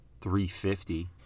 $350